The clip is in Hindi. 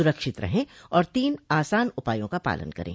सुरक्षित रहें और तीन आसान उपायों का पालन करें